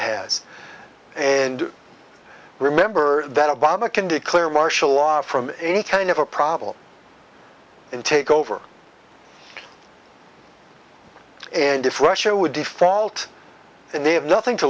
has and remember that obama can declare martial law from any kind of a problem and take over and if russia would default and they have nothing to